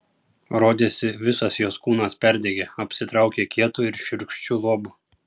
rodėsi visas jos kūnas perdegė apsitraukė kietu ir šiurkščiu luobu